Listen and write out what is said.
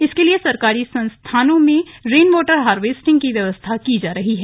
इसके लिए सरकारी संस्थानों में रेन वॉटर हार्वेस्टिंग की व्यवस्था की जा रही है